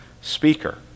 speaker